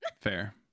fair